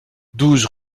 douze